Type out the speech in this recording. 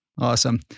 Awesome